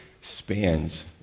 spans